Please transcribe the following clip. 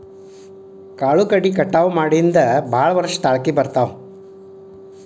ಕಾಳು ಕಡಿ ಕಟಾವ ಮಾಡಿಂದ ಭಾಳ ವರ್ಷ ತಾಳಕಿ ಬರ್ತಾವ